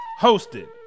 hosted